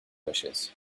wishes